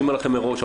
אני אומר לכם מראש,